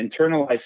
internalized